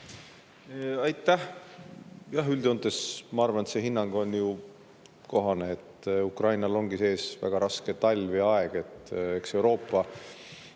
Aitäh! Jah, üldjoontes, ma arvan, see hinnang on ju kohane, Ukrainal ongi ees väga raske talv ja aeg. Euroopa